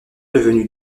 devenu